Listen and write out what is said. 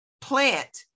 plant